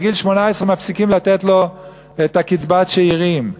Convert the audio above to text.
בגיל 18 מפסיקים לתת לו את קצבת השאירים?